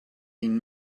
been